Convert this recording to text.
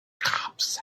cops